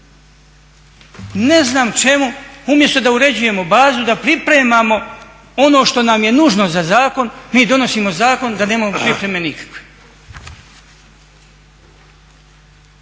Ne znam čemu umjesto da uređujemo bazu da pripremamo ono što nam je nužno za zakon, mi donosimo zakon da nemamo pripreme nikakve.